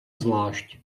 zvlášť